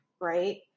Right